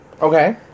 Okay